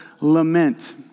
lament